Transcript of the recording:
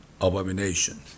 abomination